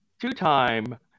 Two-time